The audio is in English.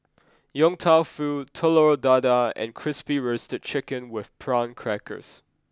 Yong Tau Foo Telur Dadah and Crispy Roasted Chicken with prawn crackers